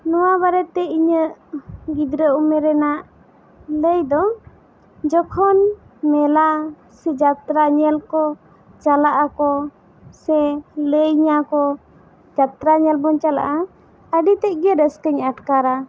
ᱱᱚᱣᱟ ᱵᱟᱨᱮ ᱛᱮ ᱤᱧᱟᱹᱜ ᱜᱤᱫᱽᱨᱟᱹ ᱩᱢᱮᱨ ᱨᱮᱱᱟᱜ ᱞᱟᱹᱭ ᱫᱚ ᱡᱚᱠᱷᱚᱱ ᱢᱮᱞᱟ ᱥᱮ ᱡᱟᱛᱨᱟ ᱧᱮᱞ ᱠᱚ ᱪᱟᱞᱟᱜ ᱟᱠᱚ ᱥᱮ ᱞᱟᱹᱭ ᱤᱧᱟᱹ ᱠᱚ ᱡᱟᱛᱨᱟ ᱧᱮᱞ ᱵᱚᱱ ᱪᱟᱞᱟᱜᱼᱟ ᱟᱹᱰᱤ ᱛᱮᱫ ᱜᱮ ᱨᱟᱹᱥᱠᱟᱹᱧ ᱟᱴᱠᱟᱨᱟ